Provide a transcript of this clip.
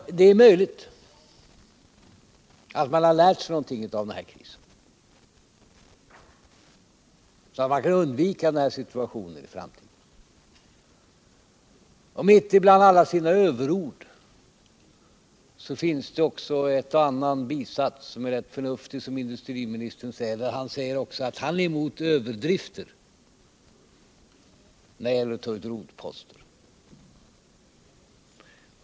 Det är möjligt att man har lärt sig någonting av denna kris så att man kan undvika en liknande situation i framtiden. Mitt ibland industriministerns alla överord fanns också en och annan bisats som var rätt förnuftig. Han sade att han är emot överdrifter när det gäller att ta ut rotposter.